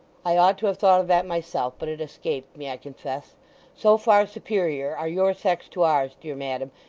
i ought to have thought of that myself, but it escaped me, i confess so far superior are your sex to ours, dear madam,